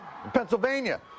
Pennsylvania